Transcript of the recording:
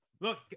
Look